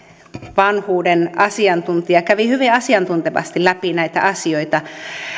vanhuuden asiantuntija kävi hyvin asiantuntevasti läpi näitä asioita